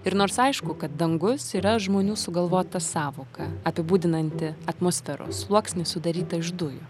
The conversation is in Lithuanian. ir nors aišku kad dangus yra žmonių sugalvota sąvoka apibūdinanti atmosferos sluoksnį sudarytą iš dujų